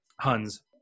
Huns